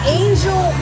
angel